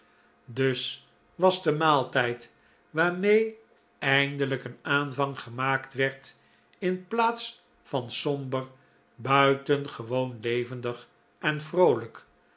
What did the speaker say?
dus was de maaltijd waarmee eindelijk een aanvang gemaakt werd in plaats van somber buitengewoon levendig en vroolijk